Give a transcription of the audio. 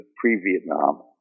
pre-Vietnam